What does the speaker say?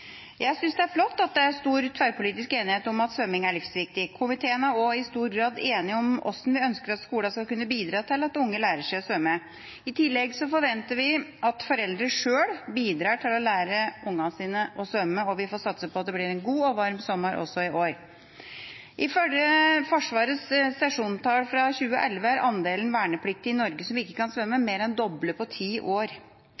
Jeg synes det er flott at det er stor tverrpolitisk enighet om at svømming er livsviktig. Komiteen er også i stor grad enig om hvordan vi ønsker at skolene skal kunne bidra til at unger lærer seg å svømme. I tillegg forventer vi at foreldre sjøl bidrar til å lære ungene sine å svømme, og vi får satse på at det blir en god og varm sommer også i år. Ifølge Forsvarets sesjonstall fra 2011 er andelen vernepliktige i Norge som ikke kan svømme, mer enn doblet på ti år